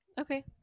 okay